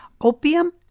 opium